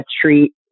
treat